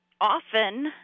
often